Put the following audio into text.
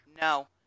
no